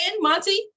Monty